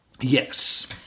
Yes